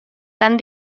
tan